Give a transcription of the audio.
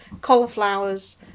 cauliflowers